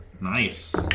Nice